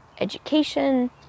education